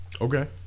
Okay